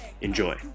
Enjoy